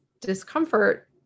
discomfort